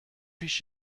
پیش